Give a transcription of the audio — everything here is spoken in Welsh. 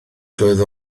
doedd